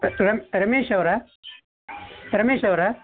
ರಮೇಶ್ ಅವರಾ ರಮೇಶ್ ಅವರಾ